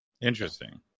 Interesting